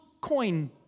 coin